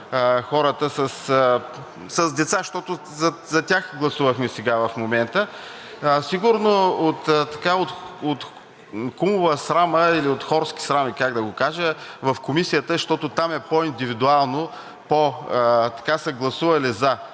хората с деца. Защото за тях гласувахме сега, в момента. Сигурно от кумова срама или от хорска срама, как да го кажа – в Комисията, защото там е по-индивидуално, по-така, са гласували за,